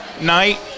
night